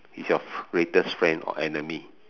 is your greatest friend or enemy